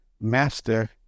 master